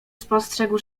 spostrzegł